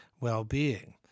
well-being